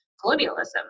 colonialism